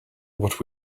what